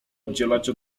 oddzielać